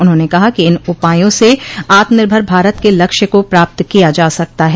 उन्होंने कहा कि इन उपायों से आत्मनिर्भर भारत के लक्ष्य को प्राप्त किया जा सकता है